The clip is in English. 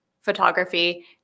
Photography